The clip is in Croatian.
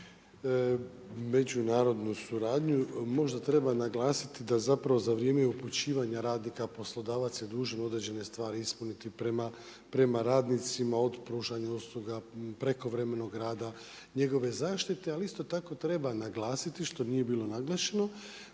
međunarodnu suradnju. Možda treba naglasiti da zapravo za vrijeme upućivanja radnika, poslodavac je dužan određene stvari ispuniti prema radnicima od pružanja usluga, prekovremenog rada, njegove zaštite. Ali isto tako treba naglasiti, što nije bilo naglašeno,